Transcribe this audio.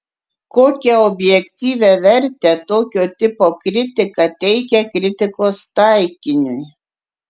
kokią objektyvią vertę tokio tipo kritika teikia kritikos taikiniui